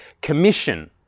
commission